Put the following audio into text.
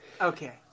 Okay